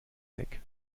weg